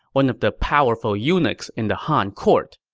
one of the powerful eunuchs in the han court.